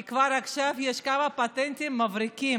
כי כבר עכשיו יש כמה פטנטים מבריקים.